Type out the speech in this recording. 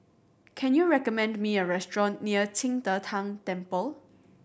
can you recommend me a restaurant near Qing De Tang Temple